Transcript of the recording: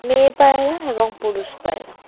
মেয়ে পায়রা এবং পুরুষ পায়রা